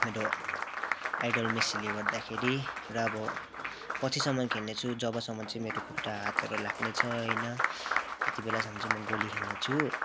मेरो आइडल मेस्सीले गर्दाखेरि र अब पछिसम्म खेल्नेछु जबसम्म चाहिँ मेरो खुट्टा हातहरू लाग्ने छ होइन त्यतिबेलासम्म चाहिँ म गोली खेल्नेछु